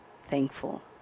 thankful